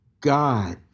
God